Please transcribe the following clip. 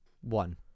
One